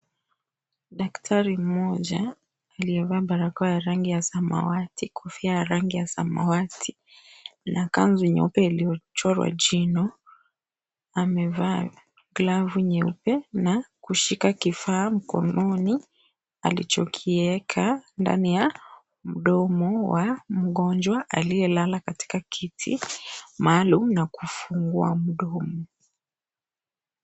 Daktari mmoja aliyevaa barakoa ya rangi ya samawati, kofia ya rangi ya samawati na kanzu nyeupe iliyochorwa jino amevaa glavu nyeupe na kushika kifaa mkononi alichokieka ndani ya mdomo wa mgonjwa aliyelala katika kiti maalum na kufungua mdomo.